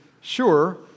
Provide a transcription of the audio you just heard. sure